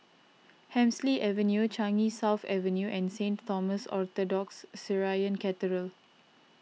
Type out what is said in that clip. Hemsley Avenue Changi South Avenue and Saint Thomas Orthodox Syrian Cathedral